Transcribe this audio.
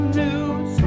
news